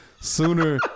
Sooner